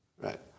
right